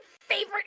favorite